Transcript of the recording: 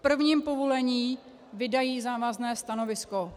V prvním povolení vydají závazné stanovisko.